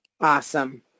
Awesome